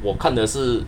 我看的是